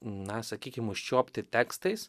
na sakykim užčiuopti tekstais